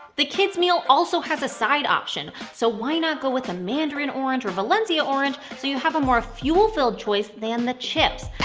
the kids meal also has a side option, so why not go with a mandarin orange or valencia orange, so you have a more fuel-filled choice than the chips?